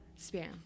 Spam